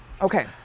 Okay